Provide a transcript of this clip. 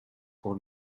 pour